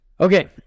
Okay